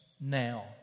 now